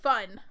fun